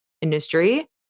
industry